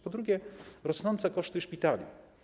Po drugie, rosnące koszty szpitali.